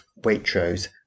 Waitrose